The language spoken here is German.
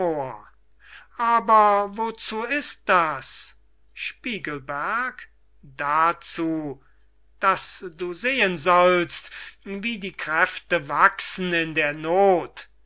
aber wozu itzt das spiegelberg dazu daß du sehen sollst wie die kräfte wachsen in der noth